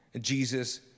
Jesus